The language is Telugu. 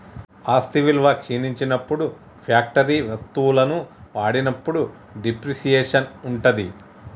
ఆస్తి విలువ క్షీణించినప్పుడు ఫ్యాక్టరీ వత్తువులను వాడినప్పుడు డిప్రిసియేషన్ ఉంటది